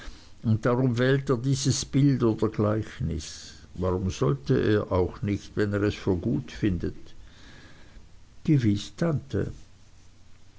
und darum wählt er dieses bild oder gleichnis warum sollte er auch nicht wenn er es für gut findet gewiß tante